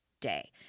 day